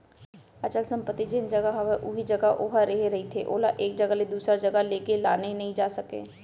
अचल संपत्ति जेन जघा हवय उही जघा ओहा रेहे रहिथे ओला एक जघा ले दूसर जघा लेगे लाने नइ जा सकय